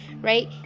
right